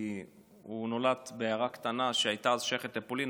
כי הוא נולד בעיירה קטנה שהייתה אז שייכת לפולין,